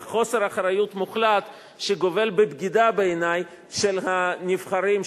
וחוסר אחריות מוחלט שבעיני גובל בבגידה של הנבחרים,